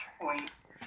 points